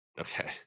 Okay